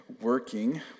working